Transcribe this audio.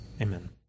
Amen